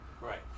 right